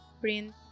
print